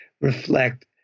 reflect